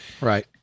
Right